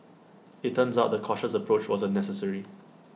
IT turns out the cautious approach wasn't necessary